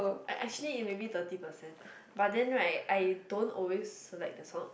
act~ actually it maybe thirty percent but then right I don't always select the song